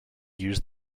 used